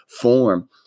form